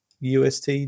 UST